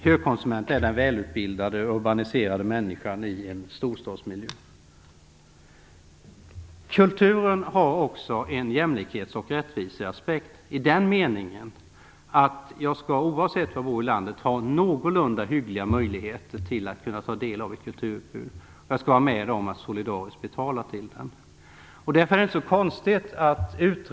Högkonsument är den välutbildade urbaniserade människan i en storstadsmiljö. Kulturen har också en jämlikhets och rättviseaspekt i den meningen att jag, oavsett var jag bor i landet, skall ha någorlunda hyggliga möjligheter att ta del av ett kulturutbud, och jag skall vara med och solidariskt betala till den.